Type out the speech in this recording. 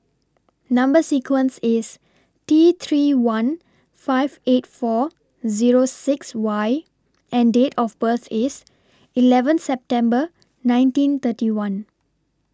Number sequence IS T three one five eight four Zero six Y and Date of birth IS eleven September nineteen thirty one